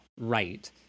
right